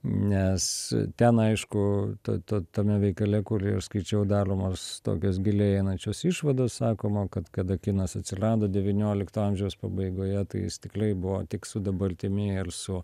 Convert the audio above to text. nes ten aišku ta ta tame veikale kurį aš skaičiau daromos tokios giliai einančios išvados sakoma kad kada kinas atsiliado devyniolikto amžiaus pabaigoje tai jis tikliai buvo tik su dabartimi ir su